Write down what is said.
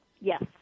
Yes